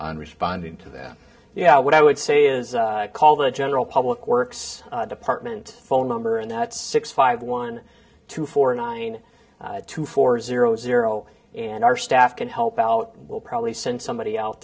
on responding to that yeah what i would say is call the general public works department phone number and that's six five one two four nine two four zero zero and our staff can help out we'll probably send somebody out